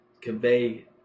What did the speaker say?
convey